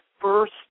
first